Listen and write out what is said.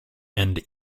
and